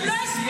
הם לא הספיקו.